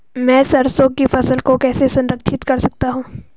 मैं सरसों की फसल को कैसे संरक्षित कर सकता हूँ?